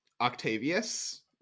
Octavius